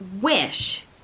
Wish